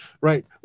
Right